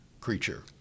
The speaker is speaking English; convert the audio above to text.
creature